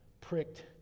pricked